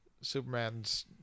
Superman's